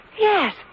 Yes